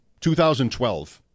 2012